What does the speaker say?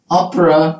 opera